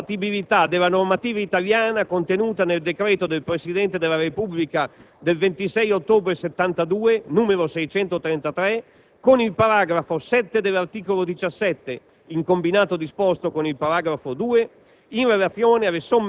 deriva dalla compatibilità della normativa italiana contenuta nel decreto del Presidente della Repubblica 26 ottobre 1972, n. 633, con il paragrafo 7 dell'articolo 17, in combinato disposto con il paragrafo 2,